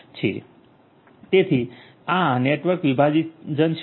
તેથી આ નેટવર્ક વિભાજન શું છે